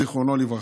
זיכרונו לברכה: